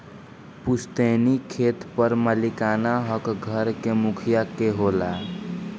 पुस्तैनी खेत पर मालिकाना हक घर के मुखिया के होला